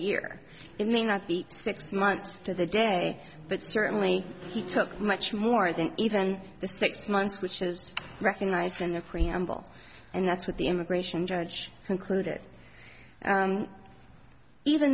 year it may not be six months to the day but certainly he took much more than even the six months which is recognized in the preamble and that's what the immigration judge concluded even